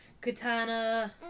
Katana